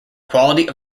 quality